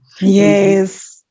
yes